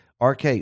RK